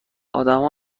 آدم